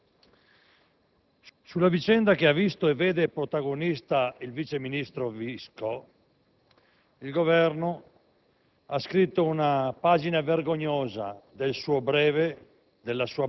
*(LNP)*. Signor Presidente, colleghi, sulla vicenda che ha visto e vede protagonista il vice ministro Visco